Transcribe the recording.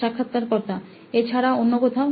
সাক্ষাৎকারকর্তা এছাড়া অন্য কোথাও